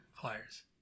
flyers